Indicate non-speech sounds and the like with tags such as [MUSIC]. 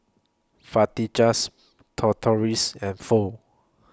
[UNINTELLIGIBLE] Tortillas and Pho